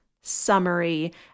summary